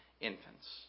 infants